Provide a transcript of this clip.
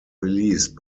released